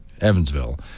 Evansville